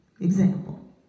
Example